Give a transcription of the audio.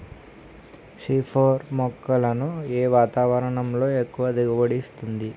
C four మొక్కలను ఏ వాతావరణంలో ఎక్కువ దిగుబడి ఇస్తుంది?